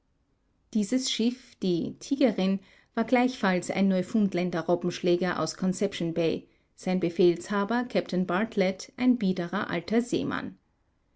dieses schiff die tigerin war gleichfalls ein neufundländer robbenschläger aus conception bay sein befehlshaber kapitän bartlett ein biederer alter seemann